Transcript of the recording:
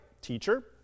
teacher